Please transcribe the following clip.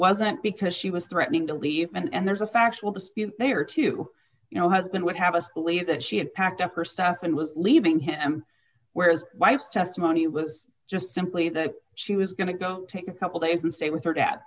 wasn't because she was threatening to leave and there's a factual dispute there too you know husband would have us believe that she had packed up her stuff and was leaving him where his wife's testimony was just simply that she was going to go take a couple days and stay with her